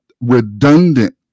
redundant